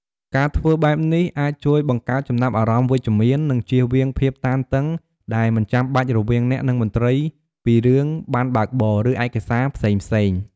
ការធ្វើបែបនេះអាចជួយបង្កើតចំណាប់អារម្មណ៍វិជ្ជមាន និងជៀសវាងភាពតានតឹងដែលមិនចាំបាច់រវាងអ្នក និងមន្ត្រីពីរឿងប័ណ្ណបើកបរ ឬឯកសារផ្សេងៗ។